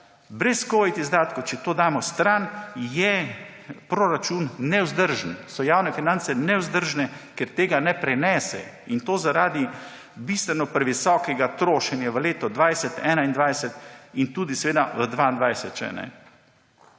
Brez covid izdatkov, če to damo stran, je proračun nevzdržen, so javne finance nevzdržne, ker tega ne prenese, in to zaradi bistveno previsokega trošenja v letu 2021 in tudi še v letu 2022.